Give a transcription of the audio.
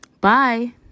Bye